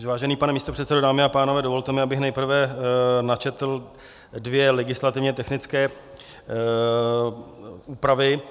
Vážený pane místopředsedo, dámy a pánové, dovolte mi, abych nejprve načetl dvě legislativně technické úpravy.